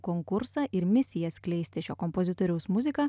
konkursą ir misiją skleisti šio kompozitoriaus muziką